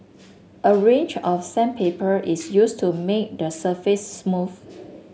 a range of sandpaper is used to make the surface smooth